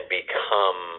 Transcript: become